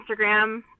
Instagram